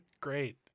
Great